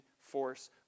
force